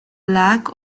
lack